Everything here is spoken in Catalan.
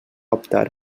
optar